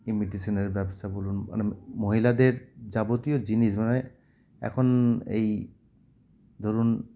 ইমিটেশনের ব্যবসা বলুন মানে মহিলাদের যাবতীয় জিনিস মানে এখন এই ধরুন